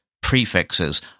prefixes